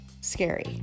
Scary